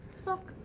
sock.